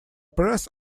press